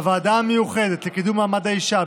בוועדה המיוחדת לקידום מעמד האישה,